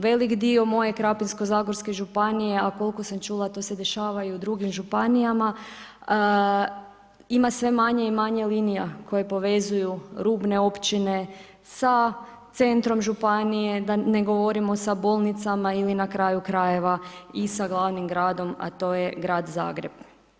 Velik dio moje Krapinsko-zagorske županije, a koliko sam čula to se dešava i u drugim županijama, ima sve manje i manje linija koje povezuju rubne općine sa centrom Županije, da ne govorimo sa bolnicama ili na kraju krajeva i sa glavnim gradom, a to je Grad Zagreb.